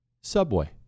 Subway